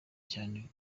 cyane